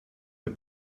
der